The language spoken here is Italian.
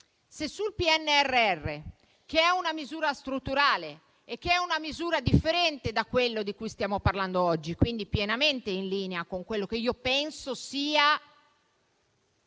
se sul PNRR, che è una misura strutturale differente da quello di cui stiamo parlando oggi, e quindi pienamente in linea con quello che io penso sia